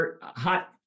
hot